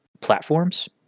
platforms